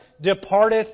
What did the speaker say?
departeth